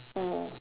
mm